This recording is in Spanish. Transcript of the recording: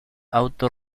auto